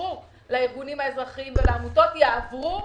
שאושרו לארגונים האזרחיים ולעמותות יעברו,